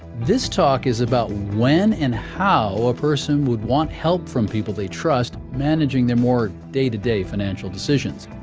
this talk is about when and how a person would want help from people they trust managing their more day-to-day financial decisions.